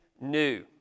new